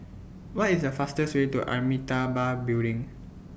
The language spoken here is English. What IS The fastest Way to Amitabha Building